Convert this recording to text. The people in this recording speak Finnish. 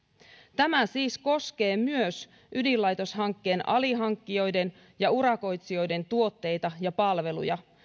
tämä siis koskee myös ydinlaitoshankkeen alihankkijoiden ja urakoitsijoiden tuotteita ja palveluja vastuu